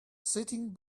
sitting